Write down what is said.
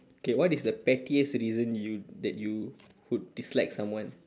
okay what is the pettiest reason you that you would dislike someone